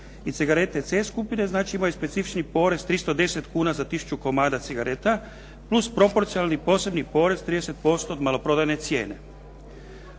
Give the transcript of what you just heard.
I cigarete C skupine, znači imaju specifični porez 310 kuna za tisuću komada cigareta, plus propocionalni posebni porez 30% od maloprodajne cijene.